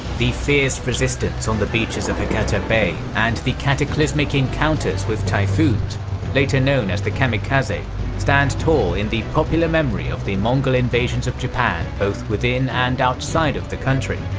the fierce resistance on the beaches of hakata bay and the cataclysmic encounters with typhoons later known as the kamikaze stand tall in the popular memory of the mongol invasions of japan both within and outside of the country.